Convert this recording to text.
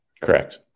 Correct